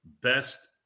best